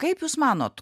kaip jūs manot